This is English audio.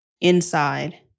inside